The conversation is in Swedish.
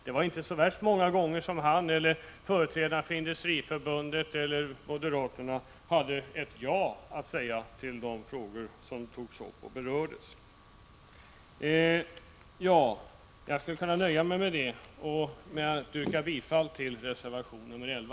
Det var inte så värst många gånger som han eller företrädaren för Industriföbundet eller moderaterna hade ett ja att säga i de frågor som togs upp i behandling. Jag kan nöja mig med detta och yrka bifall till reservation 11.